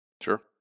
Sure